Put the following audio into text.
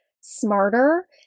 smarter